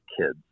kids